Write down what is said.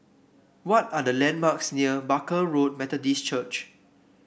what are the landmarks near Barker Road Methodist Church